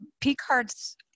P-cards